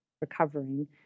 recovering